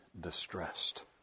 distressed